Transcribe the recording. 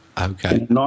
Okay